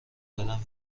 بدم